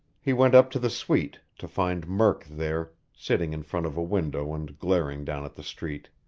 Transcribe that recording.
he went up to the suite, to find murk there, sitting in front of a window and glaring down at the street.